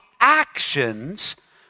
actions